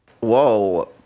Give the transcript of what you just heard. Whoa